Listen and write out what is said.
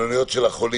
העלויות שלהם